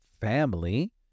family